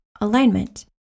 alignment